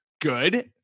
good